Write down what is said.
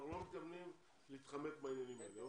אנחנו לא מתכוונים להתחמק מהעניינים האלה.